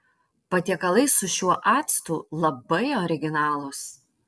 patiekalai su šiuo actu labai originalūs